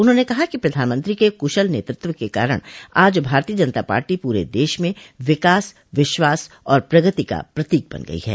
उन्होंने कहा कि प्रधानमंत्री के कुशल नेतृत्व के कारण आज भारतीय जनता पार्टी पूरे देश में विकास विश्वास और प्रगति का प्रतीक बन गई है